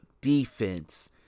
Defense